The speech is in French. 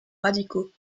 radicaux